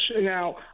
Now